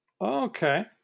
Okay